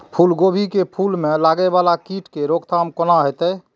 फुल गोभी के फुल में लागे वाला कीट के रोकथाम कौना हैत?